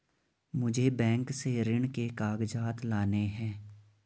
मुझे बैंक से ऋण के कागजात लाने हैं